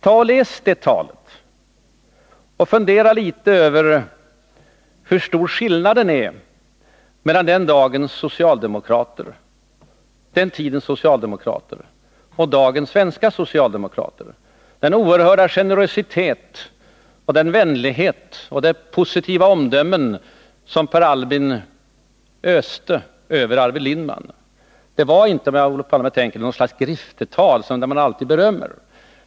Ta och läs det talet och fundera litet över hur stor skillnaden är mellan den tidens socialdemokrater och dagens svenska socialdemokrater. Fundera över den oerhörda generositet och vänlighet och de positiva omdömen som Per Albin öste över Arvid Lindman. Det var inte — som Olof Palme kanske tänker — något slags griftetal, där man alltid berömmer.